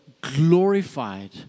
glorified